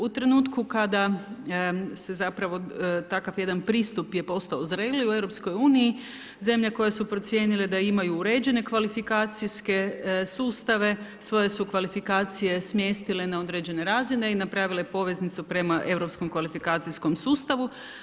U trenutku kada se takav jedan pristup je postao zreli u EU, zemlje koje su procijenile da imaju uređene kvalifikacijske sustave svoje su kvalifikacije smjestile na određene razine i napravile poveznicu prema Europskom kvalifikacijskom sustavu.